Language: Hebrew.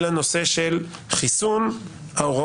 ניהלנו על זה דיון לעייפה,